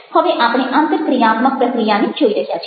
હવે આપણે આંતરક્રિયાત્મક પ્રક્રિયાને જોઈ રહ્યા છીએ